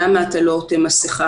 למה אתה לא עוטה מסכה,